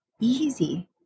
easy